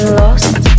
lost